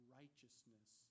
righteousness